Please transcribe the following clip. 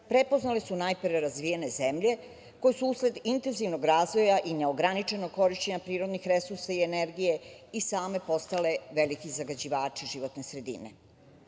prepoznale su najpre razvijene zemlje, koje su usled intenzivnog razvoja i neograničenog korišćenja prirodnih resursa i energije i same postale veliki zagađivači životne sredine. Odatle